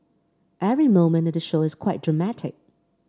every moment in the show is quite dramatic